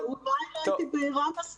אולי לא הייתי מספיק בהירה.